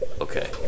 Okay